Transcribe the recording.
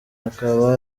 akaba